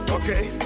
Okay